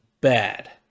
bad